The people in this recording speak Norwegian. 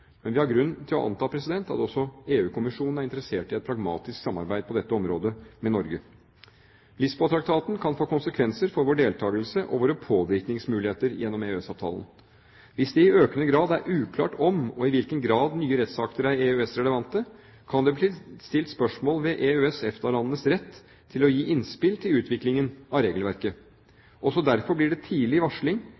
Men vi har grunn til å anta at også EU-kommisjonen er interessert i et pragmatisk samarbeid med Norge på dette området. Lisboa-traktaten kan få konsekvenser for vår deltakelse og våre påvirkningsmuligheter gjennom EØS-avtalen. Hvis det i økende grad er uklart om og i hvilken grad nye rettsakter er EØS-relevante, kan det bli stilt spørsmål ved EØS/EFTA-landenes rett til å gi innspill til utviklingen av regelverket.